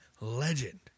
legend